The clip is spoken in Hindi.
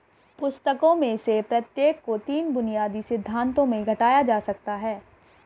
पुस्तकों में से प्रत्येक को तीन बुनियादी सिद्धांतों में घटाया जा सकता है